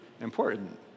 important